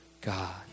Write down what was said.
God